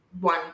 one